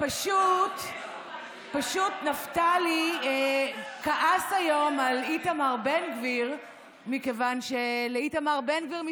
פשוט נפתלי כעס היום על איתמר בן גביר מכיוון שלאיתמר בן גביר,